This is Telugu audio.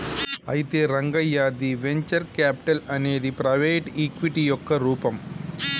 అయితే రంగయ్య ది వెంచర్ క్యాపిటల్ అనేది ప్రైవేటు ఈక్విటీ యొక్క రూపం